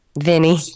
Vinny